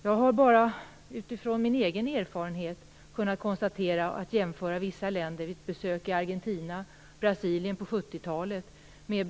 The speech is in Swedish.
Jag har utifrån min egen erfarenhet, vid besök i Argentina och Brasilien på 70 talet och på 90-talet, kunnat jämföra dessa länder.